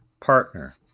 partner